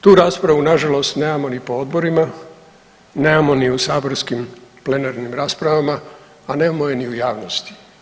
Tu raspravu na žalost nemamo ni po odborima, nemamo ni u saborskim plenarnim raspravama, a nemamo je ni u javnosti.